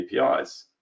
APIs